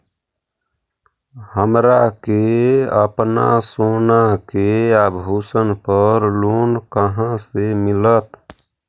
हमरा के अपना सोना के आभूषण पर लोन कहाँ से मिलत?